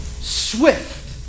Swift